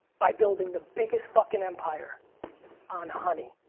buy building the biggest fucking empire on honey